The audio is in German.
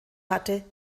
hatte